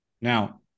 Now